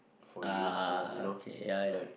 for you ya you know like